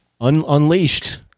unleashed